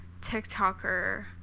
TikToker